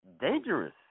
dangerous